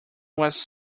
was